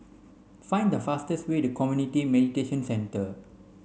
find the fastest way to Community Mediation Centre